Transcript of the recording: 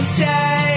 say